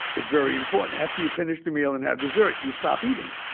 is very important. after you finish the meal and have dessert, you stop eating.